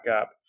up